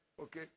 Okay